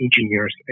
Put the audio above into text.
engineers